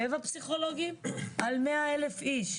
שבע פסיכולוגים על 100,000 איש.